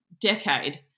decade